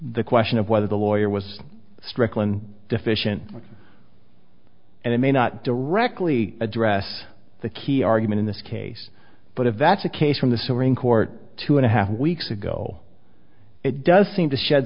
the question of whether the lawyer was strickland deficient and it may not directly address the key argument in this case but if that's the case from the supreme court two and a half weeks ago it does seem to shed